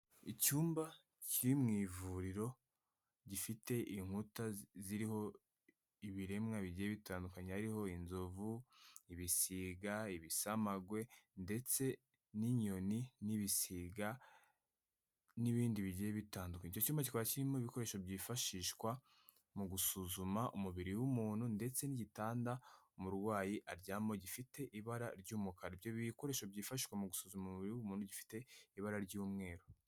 Icyumba kiri mu ivuriro gifite inkuta ziriho ibiremwa bigiye bitandukanye. Hariho inzovu, ibisiga, ibisamagwe, ndetse n'inyoni n'ibisiga n'ibindi bigiye bitandukanye. Icyo cyumba kirimo ibikoresho byifashishwa mu gusuzuma umubiri w'umuntu, ndetse n'igitanda umurwayi aryamaho gifite ibara ry'umukara. Ibikoresho byifashishwa mu gusuzuma umubiri w'umuntu bifite ibara ry'umweru.